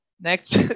Next